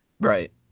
Right